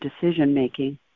decision-making